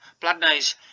Bloodnose